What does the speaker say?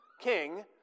king